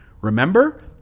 Remember